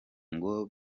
ngo